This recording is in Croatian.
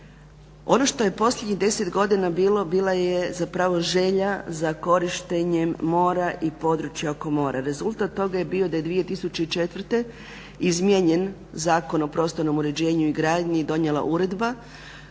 Ono što je posljednjih 10 godina bilo, bila je zapravo želja za korištenjem mora i područja oko mora. Rezultat toga je bilo da je 2004. izmijenjen Zakon o prostornom uređenju i gradnji i donijela uredba.